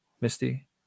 Misty